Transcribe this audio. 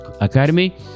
Academy